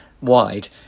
wide